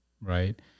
right